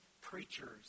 preachers